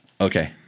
Okay